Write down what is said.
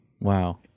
Wow